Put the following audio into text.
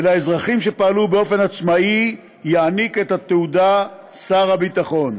ולאזרחים שפעלו באופן עצמאי יעניק את התעודה שר הביטחון.